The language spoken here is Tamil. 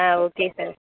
ah okay sir